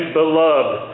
beloved